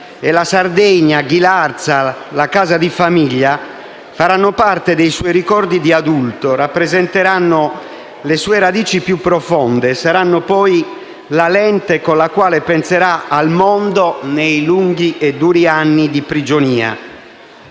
e la Sardegna, Ghilarza e la casa di famiglia faranno parte dei suoi ricordi di adulto, rappresenteranno le sue radici più profonde e saranno poi la lente con la quale penserà al mondo nei lunghi e duri anni di prigionia.